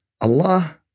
Allah